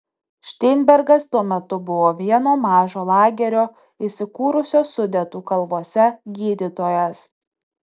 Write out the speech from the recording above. šteinbergas tuo metu buvo vieno mažo lagerio įsikūrusio sudetų kalvose gydytojas